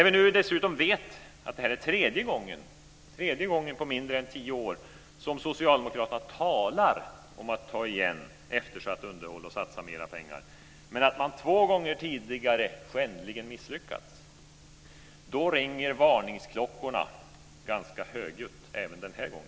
Vi vet att det är tredje gången på mindre än tio år som socialdemokraterna talar om att ta igen eftersatt underhåll och satsa mera pengar, men två gånger tidigare har man skändligen misslyckats. Då ringer varningsklockorna högljutt även denna gång.